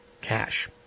cash